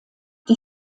die